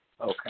Okay